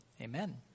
amen